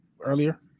earlier